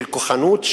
של כוחנות,